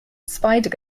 spider